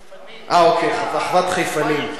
לא, זאת אחוות חיפנים.